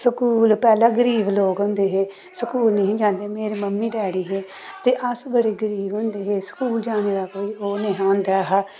school पैह्लें गरीब लोक होंदे हे स्कूल नेईं हे जंदे मेरे मम्मी डैडी हे ते अस बड़े गरीब होंदे हे स्कूल जाने दा कोई ओह् नेईं हा होंदा ऐ